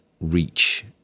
reach